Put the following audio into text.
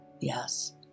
Yes